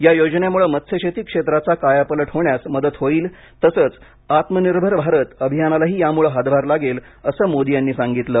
या योजनेमुळ मत्स्यशेती क्षेत्राचा कायापालट होण्यास मदत होईल तसंच आत्मनिर्भर भारत अभियानालाही यामुळं हातभार लागेल असं मोदी यांनी सांगितलं